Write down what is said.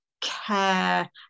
care